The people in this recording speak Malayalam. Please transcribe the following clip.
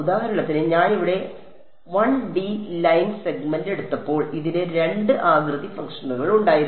ഉദാഹരണത്തിന് ഞാൻ ഇവിടെ 1D ലൈൻ സെഗ്മെന്റ് എടുത്തപ്പോൾ ഇതിന് 2 ആകൃതി ഫംഗ്ഷനുകൾ ഉണ്ടായിരുന്നു